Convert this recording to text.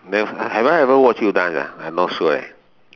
never have I ever watch you dance ah I not sure eh